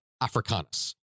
Africanus